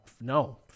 no